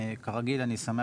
בלאי.